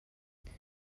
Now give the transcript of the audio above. there